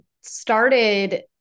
started